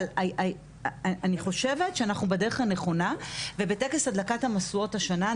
אבל אני חושבת שאנחנו בדרך הנכונה וטכס הדלקת המשואות השנה,